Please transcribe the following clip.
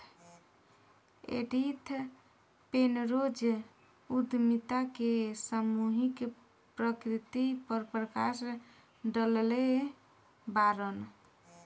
Edith Penrose उद्यमिता के सामूहिक प्रकृति पर प्रकश डलले बाड़न